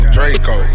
Draco